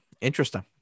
Interesting